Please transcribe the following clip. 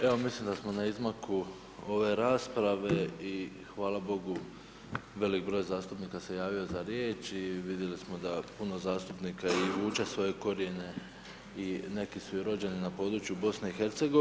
Evo mislim da smo na izmaku ove rasprave i hvala bogu velik broj zastupnika se javio za riječ i vidjeli smo da puno zastupnika i vuče svoje korijene, i neku su i rođeni na području Bosne i Hercegovine.